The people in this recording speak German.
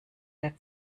der